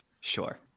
Sure